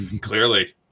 clearly